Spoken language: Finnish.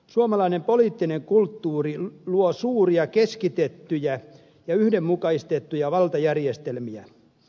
suomalainen poliittinen kulttuuri luo suuria keskitettyjä ja yhdenmukaistettuja valtajärjestelmiä